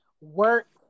work